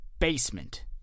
basement